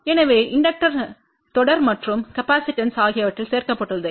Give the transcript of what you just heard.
எனவே இண்டக்டர் தொடர் மற்றும் காப்பாசிட்டன்ஸ்வு ஆகியவற்றில் சேர்க்கப்பட்டுள்ளது